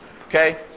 okay